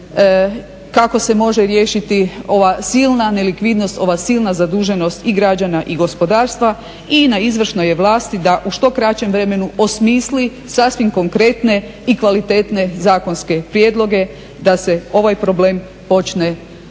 kako se može riješiti ova silna nelikvidnost, ova silna zaduženost i građana i gospodarstva i na izvršnoj je vlasti da u što kraćem vremenu osmisli sasvim konkretne i kvalitetne zakonske prijedloge da se ovaj problem počne